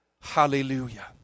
Hallelujah